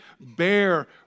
bear